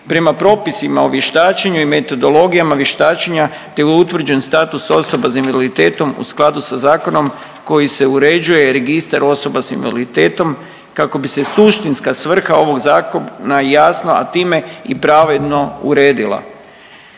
prema propisima o vještačenju i metodologijama vještačenja te utvrđen status osoba s invaliditetom u skladu sa zakonom koji se uređuje Registar osoba s invaliditetom kako bi se suštinska svrha ovog Zakon jasno, a time i pravedno uredila.